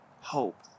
hope